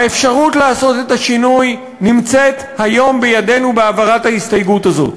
האפשרות לעשות את השינוי נמצאת היום בידינו בהעברת ההסתייגות הזאת.